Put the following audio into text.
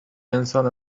انسان